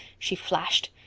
she flashed.